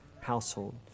household